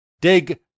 Dig